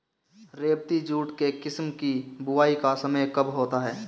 रेबती jute के किस्म की बुवाई का समय कब होता है?